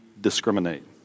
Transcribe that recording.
discriminate